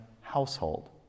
household